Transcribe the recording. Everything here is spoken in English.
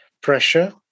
pressure